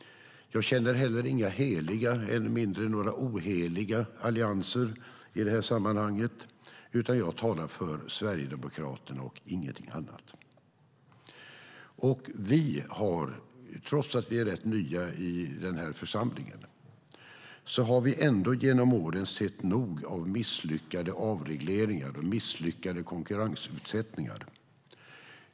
Jag har inte heller några heliga och ännu mindre några oheliga allianser i det här sammanhanget, utan jag talar för Sverigedemokraterna och ingenting annat. Trots att vi är rätt nya i den här församlingen har vi genom åren sett nog av misslyckade avregleringar och misslyckade konkurrensutsättningar.